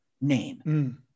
name